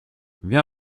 viens